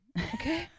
okay